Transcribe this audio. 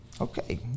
Okay